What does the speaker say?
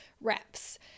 reps